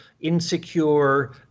insecure